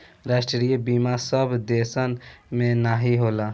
राष्ट्रीय बीमा सब देसन मे नाही होला